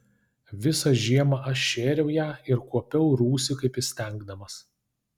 visą žiemą aš šėriau ją ir kuopiau rūsį kaip įstengdamas